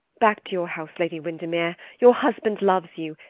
back to your house, lady windermere your husband loves you!